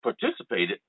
participated